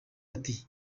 ati